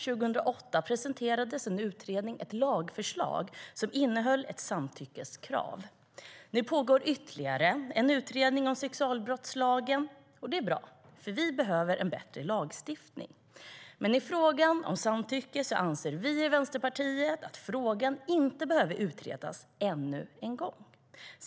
År 2008 presenterade en utredning ett lagförslag som innehöll ett samtyckeskrav. Nu pågår ytterligare en utredning om sexualbrottslagen. Det är bra, för vi behöver en bättre lagstiftning. Men frågan om samtycke behöver inte utredas ännu en gång, anser vi i Vänsterpartiet.